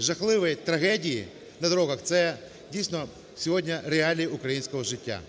жахливі трагедії на дорогах – це дійсно сьогодні реалії українського життя.